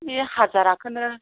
बे हाजाराखोनो